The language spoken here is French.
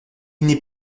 n’est